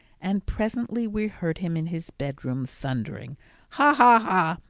and presently we heard him in his bedroom thundering ha, ha, ha!